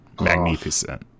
Magnificent